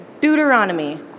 Deuteronomy